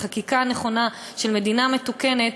לחקיקה נכונה של מדינה מתוקנת,